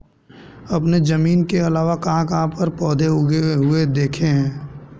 आपने जमीन के अलावा कहाँ कहाँ पर पौधे उगे हुए देखे हैं?